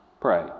pray